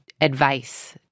advice